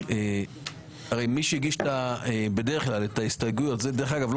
מי שהגיש את ההסתייגויות דרך אגב,